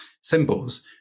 symbols